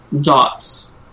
Dots